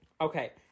Okay